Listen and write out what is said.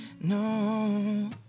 no